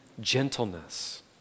gentleness